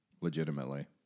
legitimately